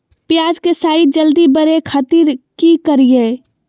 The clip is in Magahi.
प्याज के साइज जल्दी बड़े खातिर की करियय?